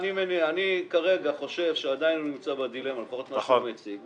אני כרגע חושב שעדיין הוא נמצא בדילמה ולכן הוא יכריע על זה בהמשך.